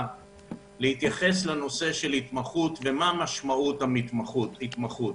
להתייחס לנושא של התמחות ומה משמעות ההתמחות.